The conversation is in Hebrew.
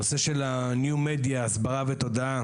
הנושא של הניו-מדיה, הסברה ותודעה,